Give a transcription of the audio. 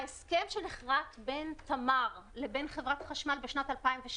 ההסכם שנכרת בין תמר לבין חברת החשמל בשנת 2012